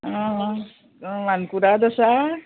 आं मानकुराद आसा